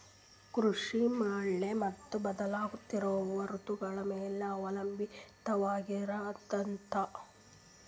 ಕೃಷಿ ಮಳೆ ಮತ್ತು ಬದಲಾಗುತ್ತಿರುವ ಋತುಗಳ ಮೇಲೆ ಅವಲಂಬಿತವಾಗಿರತದ